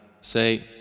Say